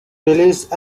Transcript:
released